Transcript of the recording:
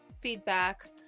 feedback